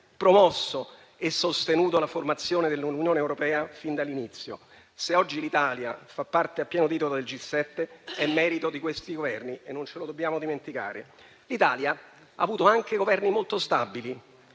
promosso e sostenuto la formazione dell'Unione europea fin dall'inizio. Se oggi l'Italia fa parte a pieno titolo del G7, è merito di questi Governi e questo non ce lo dobbiamo dimenticare. L'Italia ha avuto anche Governi molto stabili